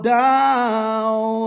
down